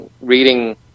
reading